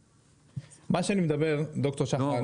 מה שאני מדבר ד"ר שחר,